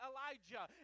Elijah